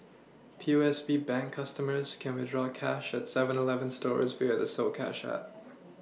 P O S B bank customers can withdraw cash at seven Eleven stores via the soCash app